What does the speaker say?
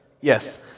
yes